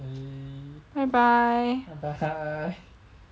bye bye